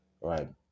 right